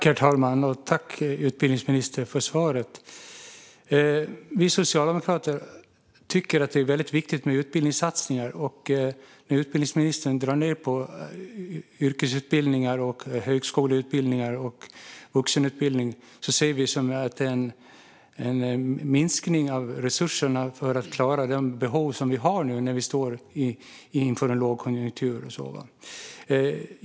Herr talman! Tack, utbildningsministern, för svaret! Vi socialdemokrater tycker att det är väldigt viktigt med utbildningssatsningar. När utbildningsministern drar ned på yrkesutbildning, högskoleutbildning och vuxenutbildning ser vi att det är en minskning av resurserna. Det handlar om att klara av de behov som vi har nu när vi står inför en lågkonjunktur och så vidare.